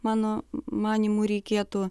mano manymu reikėtų